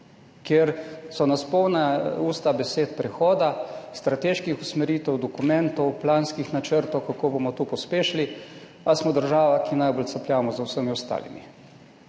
kjer so nas polna usta besed prehoda, strateških usmeritev, dokumentov, planskih načrtov, kako bomo to pospešili, pa smo država, ki najbolj capljamo za vsemi ostalimi,